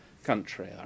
country